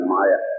Maya